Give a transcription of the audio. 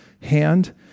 hand